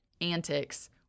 antics